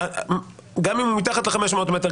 גם אם הוא מתחת ל-500 מטרים,